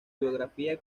biografía